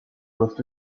doivent